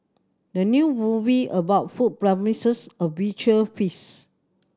the new movie about food promises a visual feast